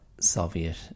Soviet